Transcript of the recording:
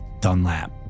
Dunlap